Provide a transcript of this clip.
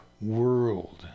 world